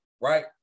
right